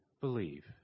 believe